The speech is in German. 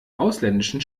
ausländischen